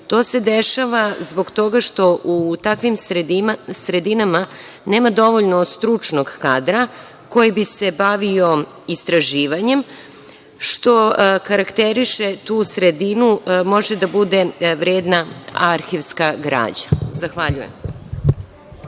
To se dešava zbog toga što u takvim sredinama nema dovoljno stručnog kadra koji bi se bavio istraživanjem, što karakteriše tu sredinu, može da bude vredna arhivska građa. Zahvaljujem.